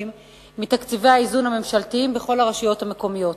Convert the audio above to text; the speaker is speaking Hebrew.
מתקציבי האיזון הממשלתיים בכל הרשויות המקומיות.